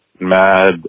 mad